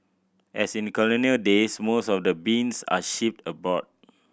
as in colonial days most of the beans are shipped abroad